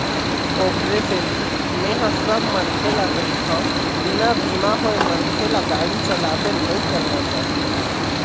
ओखरे सेती मेंहा सब मनखे ल कहिथव बिना बीमा होय मनखे ल गाड़ी चलाबे नइ करना चाही